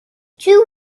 two